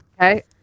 okay